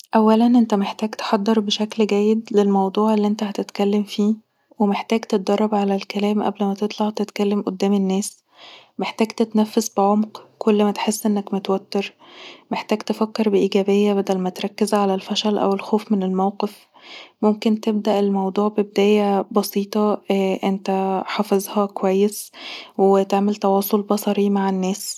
اولا انت محتاج تحضر بشكل جيد للموضوع اللي انت هتتكلم فيه، ومحتاج تدرب علي الكلام قبل ماتطلع تتكلم قدام الناس، محتاج تتنفس بعمق كل ماتحس انك متوتر، محتاج تفكر بإيجابية بدل ماتركز علي الفشل او الخوف من الموقف، ممكن تبدأ الموضوع ببداية بسيطة انت حافظها كويس وتعمل تواصل بصري مع الناس